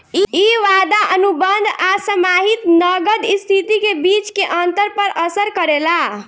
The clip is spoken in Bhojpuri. इ वादा अनुबंध आ समाहित नगद स्थिति के बीच के अंतर पर असर करेला